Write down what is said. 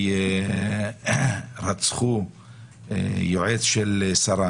ורצחו יועץ של שרה